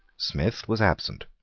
smith was absent.